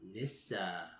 Nissa